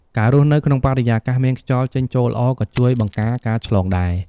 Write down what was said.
ការរស់នៅក្នុងបរិយាកាសមានខ្យល់ចេញចូលល្អ ក៏ជួយបង្ការការឆ្លងដែរ។